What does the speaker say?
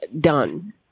done